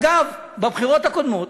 אגב, בבחירות הקודמות,